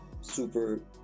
super